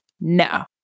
No